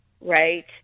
right